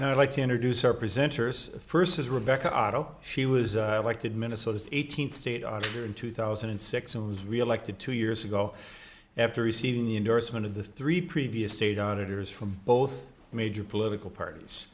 and i'd like to introduce our presenters first as rebecca otto she was elected minnesota's eighteenth state auditor in two thousand and six and was reelected two years ago after receiving the endorsement of the three previous state auditors from both major political parties